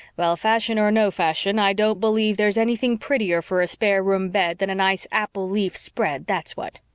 well, fashion or no fashion, i don't believe there's anything prettier for a spare-room bed than a nice apple-leaf spread, that's what.